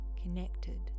Connected